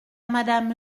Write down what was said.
madame